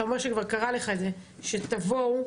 שתבואו,